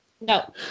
No